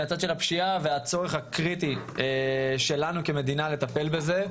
מהצד של הפשיעה והצורך הקריטי שלנו כמדינה לטפל בזה.